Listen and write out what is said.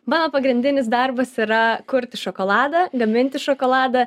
mano pagrindinis darbas yra kurti šokoladą gaminti šokoladą